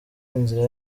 inzira